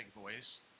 voice